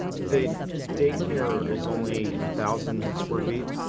the daycare is only a thousand square feet,